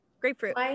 grapefruit